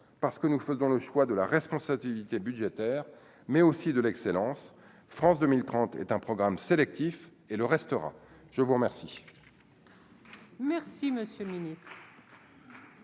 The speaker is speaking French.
parce que nous faisons le choix de la responsabilité budgétaire mais aussi de l'excellence, France 2030, est un programme sélectif et le restera, je vous remercie.